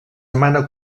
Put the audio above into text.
demana